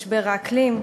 משבר האקלים.